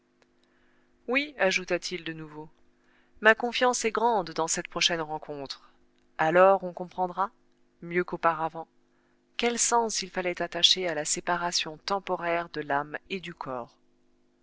oui ajouta-t-il de nouveau ma confiance est grande dans cette prochaine rencontre alors on comprendra mieux qu'auparavant quel sens il fallait attacher à la séparation temporaire de l'âme et du corps